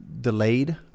delayed